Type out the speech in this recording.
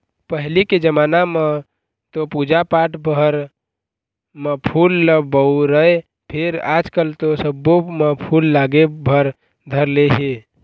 पहिली के जमाना म तो पूजा पाठ भर म फूल ल बउरय फेर आजकल तो सब्बो म फूल लागे भर धर ले हे